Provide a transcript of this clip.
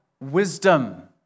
wisdom